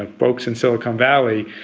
ah folks in silicon valley,